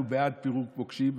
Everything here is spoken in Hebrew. אנחנו בעד פירוק מוקשים,